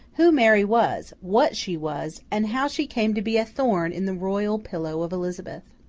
who mary was, what she was, and how she came to be a thorn in the royal pillow of elizabeth.